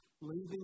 leaving